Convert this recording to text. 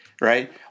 Right